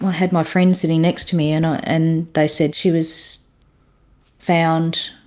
had my friend sitting next to me, and and they said she was found